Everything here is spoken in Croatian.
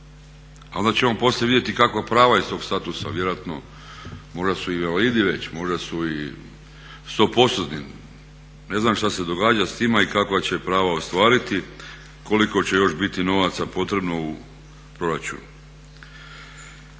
A onda ćemo poslije vidjeti kakva prava iz tog statusa, vjerojatno, možda su i invalidi već, možda su i 100%-ni. Ne znam što se događa s tima i kakva će prava ostvariti, koliko će još biti novaca potrebno u proračunu.